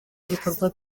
ibikorwa